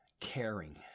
caring